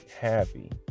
happy